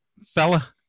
fella